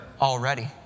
already